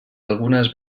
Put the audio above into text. algunes